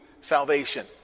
salvation